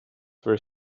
were